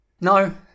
No